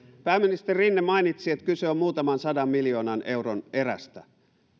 pääministeri rinne mainitsi että kyse on muutaman sadan miljoonan euron erästä